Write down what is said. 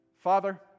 Father